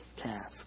task